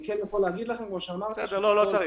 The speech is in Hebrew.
-- אבל אני כן יכול להגיד לכם --- לא צריך,